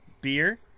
beer